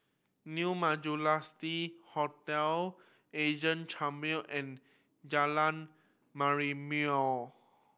New Hotel Chamber and Jalan Merlimau